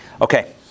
Okay